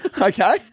Okay